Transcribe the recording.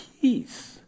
peace